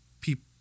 people